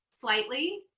slightly